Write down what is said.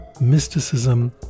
mysticism